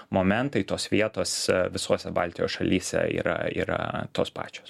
momentai tos vietos visose baltijos šalyse yra yra tos pačios